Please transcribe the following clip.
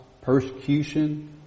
persecution